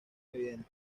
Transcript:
evidentes